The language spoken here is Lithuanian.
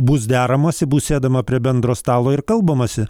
bus deramasi bus sėdama prie bendro stalo ir kalbamasi